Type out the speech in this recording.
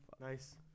Nice